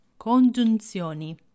Congiunzioni